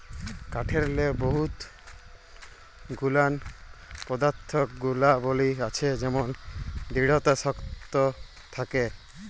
কাঠেরলে বহুত গুলান পদাথ্থ গুলাবলী আছে যেমল দিঢ়তা শক্ত থ্যাকে